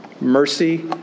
mercy